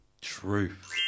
truth